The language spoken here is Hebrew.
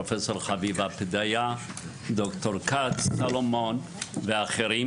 פרופ' חביבה פדיה; ד"ר כ"ץ; סלומון ואחרים,